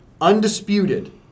undisputed